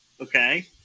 okay